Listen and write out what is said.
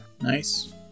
Nice